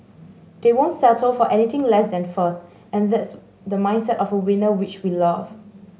they won't settle for anything less than first and that's the mindset of a winner which we love